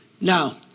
Now